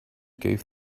gave